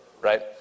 Right